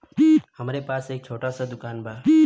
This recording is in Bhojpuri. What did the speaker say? हमरे पास एक छोट स दुकान बा